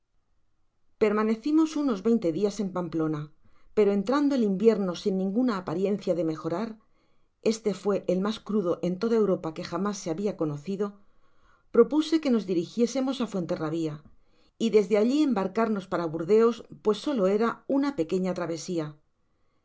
permanecimos unos veinte dias en pamplona pero entrando el invierno sin ninguna apariencia de mejorar este fué el mas crudo en toda europa que jamás se habia conocido propuse que nos dirigiésemos á fuenterrabia y desde alli embarcarnos para burdeos pues solo era una pequeña travesia